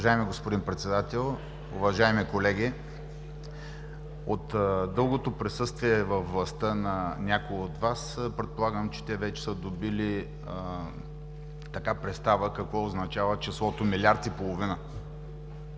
Уважаеми господин Председател, уважаеми колеги, от дългото присъствие във властта на някои от Вас, предполагам, че те вече са добили представа какво означава числото „милиард и половина“.